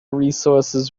resources